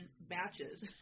batches